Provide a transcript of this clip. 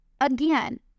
again